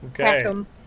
Okay